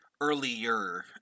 earlier